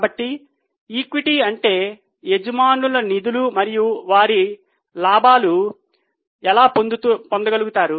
కాబట్టి ఈక్విటీ అంటే యజమానుల నిధులు మరియు వారు ఏ లాభాలను పొందగలుగుతారు